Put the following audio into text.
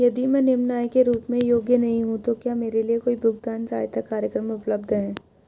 यदि मैं निम्न आय के रूप में योग्य नहीं हूँ तो क्या मेरे लिए कोई भुगतान सहायता कार्यक्रम उपलब्ध है?